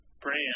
brand